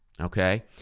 okay